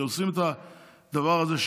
כשעושים את הדבר הזה,